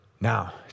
Now